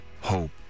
hope